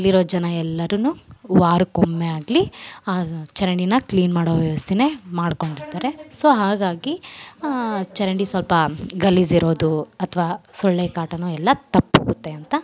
ಅಲ್ಲಿರೋ ಜನ ಎಲ್ಲರು ವಾರಕೊಮ್ಮೆ ಆಗಲಿ ಚರಂಡಿ ಕ್ಲೀನ್ ಮಾಡೋ ವ್ಯವಸ್ಥೆನೇ ಮಾಡ್ಕೊಂಡಿರ್ತಾರೆ ಸೊ ಹಾಗಾಗಿ ಚರಂಡಿ ಸ್ವಲ್ಪ ಗಲೀಜಿರೋದು ಅಥ್ವ ಸೊಳ್ಳೆ ಕಾಟಾ ಎಲ್ಲ ತಪ್ಪಿ ಹೋಗುತ್ತೆ ಅಂತ